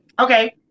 Okay